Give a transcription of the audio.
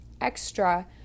extra